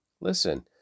Listen